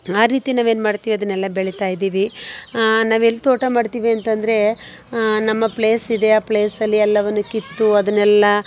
ಆ ರೀತಿ ನಾವೇನು ಮಾಡ್ತೀವಿ ಅದನ್ನೆಲ್ಲ ಬೆಳಿತಾಯಿದ್ದೀವಿ ನಾವೆಲ್ಲ ತೋಟ ಮಾಡ್ತೀವಿ ಅಂತ ಅಂದ್ರೆ ನಮ್ಮ ಪ್ಲೇಸ್ ಇದೆ ಆ ಪ್ಲೇಸಲ್ಲಿ ಎಲ್ಲವನ್ನೂ ಕಿತ್ತು ಅದನ್ನೆಲ್ಲ